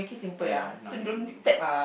!aiya! not living things